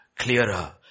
clearer